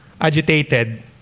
agitated